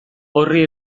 horri